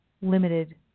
limited